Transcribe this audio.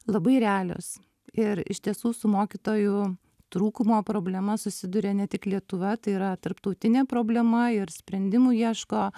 labai realios ir iš tiesų su mokytojų trūkumo problema susiduria ne tik lietuva tai yra tarptautinė problema ir sprendimų ieško